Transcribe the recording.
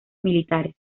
militares